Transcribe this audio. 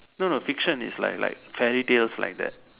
no no fiction is like like fairy tales like that